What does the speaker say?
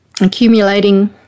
accumulating